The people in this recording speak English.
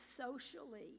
socially